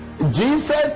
Jesus